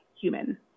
human